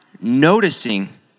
noticing